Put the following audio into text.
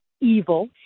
evil